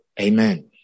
Amen